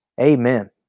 Amen